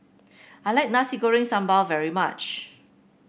I like Nasi Goreng Sambal very much